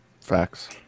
Facts